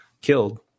killed